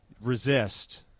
resist